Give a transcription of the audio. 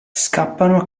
scappano